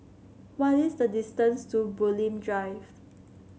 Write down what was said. what is the distance to Bulim Drive